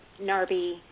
Narby